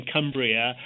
Cumbria